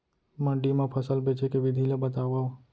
मंडी मा फसल बेचे के विधि ला बतावव?